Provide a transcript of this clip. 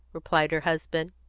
replied her husband.